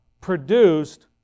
produced